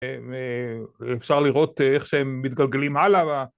‫אפשר לראות איך שהם מתגלגלים הלאה.